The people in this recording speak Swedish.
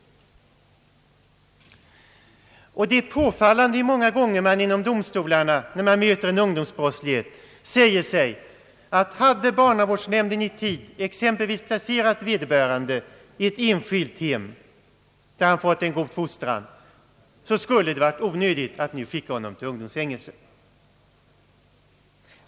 Det är påfallande hur man många gånger vid domstolarna vid möte med ungdomsbrottslingar säger sig, att om barnavårds Ang. rättsvården nämnden i tid hade kunnat exempelvis placera vederbörande i ett enskilt hem, där han hade fått en god fostran, skulle det ha varit onödigt att nu skicka honom till ungdomsfängelse.